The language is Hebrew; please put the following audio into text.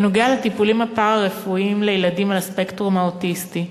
בנוגע לטיפולים הפארה-רפואיים לילדים על הספקטרום האוטיסטי.